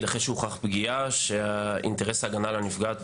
אחרי שהוכח פגיעה שהאינטרס של ההגנה על הנפגעת